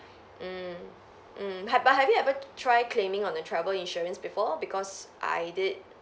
mm mm have but have you ever try claiming on the travel insurance before because I did